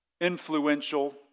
influential